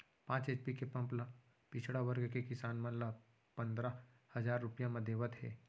पांच एच.पी के पंप ल पिछड़ा वर्ग के किसान मन ल पंदरा हजार रूपिया म देवत हे